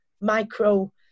micro